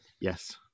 Yes